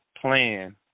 plan